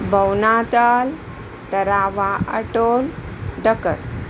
बौनाताल Tarawa atoll डकर